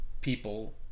people